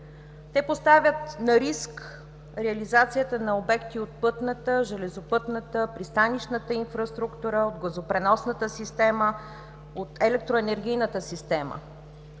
Те поставят на риск реализацията на обекти от пътната, железопътната, пристанищната инфраструктура, от газопреносната система, от електроенергийната система